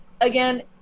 again